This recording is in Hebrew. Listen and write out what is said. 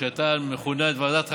שהייתה מכונה ועדת טרכטנברג,